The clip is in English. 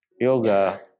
Yoga